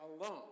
alone